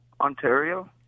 Ontario